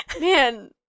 man